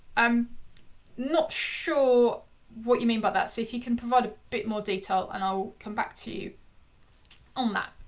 i'm not sure what you mean by that, so if you can provide a bit more detail and i'll come back to you on that.